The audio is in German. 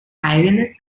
eigenes